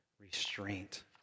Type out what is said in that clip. restraint